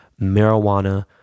Marijuana